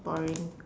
boring